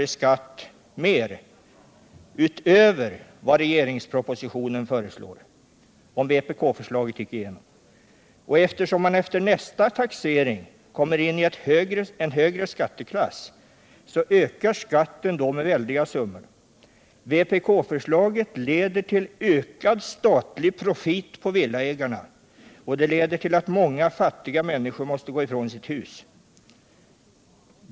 i skatt utöver vad regeringspropositionen föreslår. Och eftersom han efter nästa taxering kommer upp i en högre skatteklass ökar skatten då med väldiga summor. Vpk-förslaget leder till ökad statlig profit på villaägarna och det leder till att många fattiga människor måste gå ifrån sina hus.